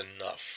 enough